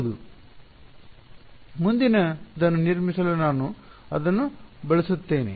ಹೌದು ಮುಂದಿನದನ್ನು ನಿರ್ಮಿಸಲು ನಾನು ಅದನ್ನು ಬಳಸುತ್ತಿದ್ದೇನೆ